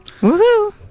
Woohoo